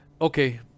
okay